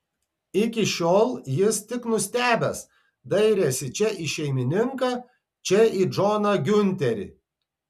iki šiol jis tik nustebęs dairėsi čia į šeimininką čia į džoną giunterį